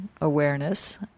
awareness